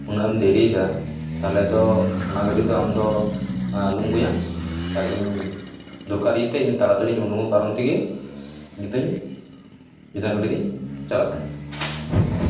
ᱩᱱᱟᱹᱜ ᱮᱢ ᱫᱮᱨᱤᱭᱮᱫᱟ ᱛᱟᱦᱚᱞᱮ ᱫᱚ ᱚᱱᱟ ᱜᱟᱹᱰᱤ ᱫᱚ ᱟᱢᱫᱚ ᱟᱞᱚᱢ ᱟᱹᱜᱩᱭᱟ ᱟᱨ ᱤᱧ ᱫᱚᱨᱠᱟᱨ ᱤᱭᱟᱹᱛᱮ ᱤᱧ ᱛᱟᱲᱟᱛᱟᱹᱲᱤ ᱩᱰᱩᱠᱚᱜ ᱠᱟᱨᱚᱱ ᱛᱮᱜᱮ ᱱᱤᱛᱟᱹᱧ ᱤᱧᱟᱹᱜ ᱜᱟᱹᱰᱤ ᱛᱤᱧ ᱪᱟᱞᱟᱜ ᱠᱟᱱᱟ